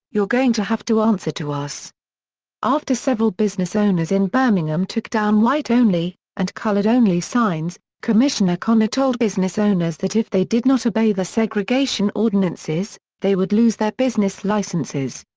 you're going to have to answer to after several business owners in birmingham took down white only and colored only signs, commissioner connor told business owners that if they did not obey the segregation ordinances, they would lose their business licenses.